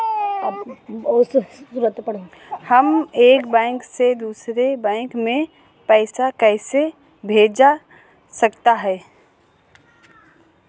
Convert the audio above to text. हम एक बैंक से दूसरे बैंक में पैसे कैसे भेज सकते हैं?